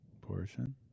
portion